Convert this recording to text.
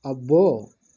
అబ్బో